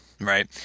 right